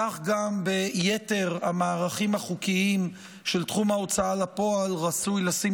כך גם ביתר המערכים החוקיים של תחום ההוצאה לפועל רצוי לשים